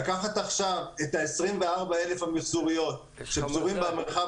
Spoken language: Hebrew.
לקחת עכשיו את 24,000 המיחזוריות שפזורות במרחב